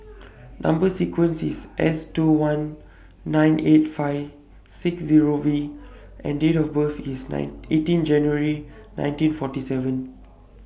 Number sequence IS S two one nine eight five six Zero V and Date of birth IS nine eighteen January nineteen forty seven